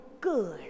good